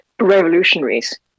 revolutionaries